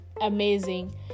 amazing